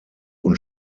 und